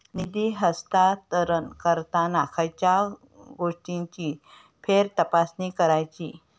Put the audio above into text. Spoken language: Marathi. निधी हस्तांतरण करताना खयच्या गोष्टींची फेरतपासणी करायची?